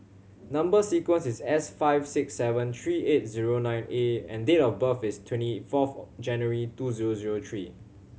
number sequence is S five six seven three eight zero nine A and date of birth is twenty fourth January two zero zero three